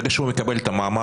ברגע שהוא מקבל את המעמד,